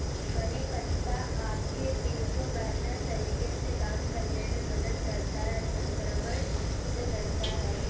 करी पत्ता आपके दिल को बेहतर तरीके से काम करने में मदद करता है, संक्रमण से लड़ता है